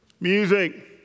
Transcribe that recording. Music